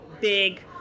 big